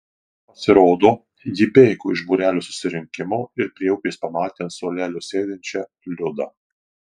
pasirodo ji bėgo iš būrelio susirinkimo ir prie upės pamatė ant suolelio sėdinčią liudą